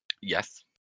Yes